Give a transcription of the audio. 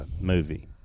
movie